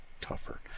tougher